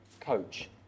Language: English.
Coach